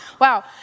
Wow